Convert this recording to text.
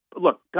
look